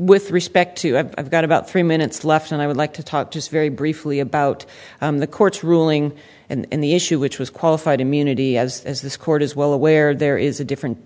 with respect to you i've got about three minutes left and i would like to talk just very briefly about the court's ruling and the issue which was qualified immunity as as this court is well aware there is a different